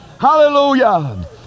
Hallelujah